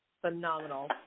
phenomenal